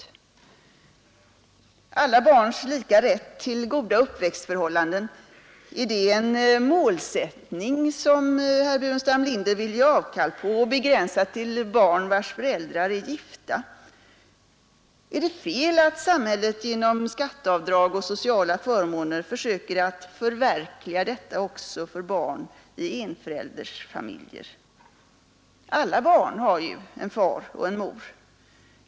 Är alla barns lika rätt till goda uppväxtförhållanden en målsättning som herr Burenstam Linder vill ge avkall på och vill han begränsa den till att avse barn vilkas föräldrar är gifta? Är det fel att samhället genom skatteavdrag och sociala förmåner försöker att förverkliga denna målsättning också för Alla barn har ju en far och en mor.